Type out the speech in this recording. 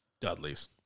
Dudleys